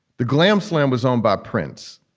the glam slam was owned by prince.